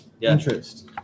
Interest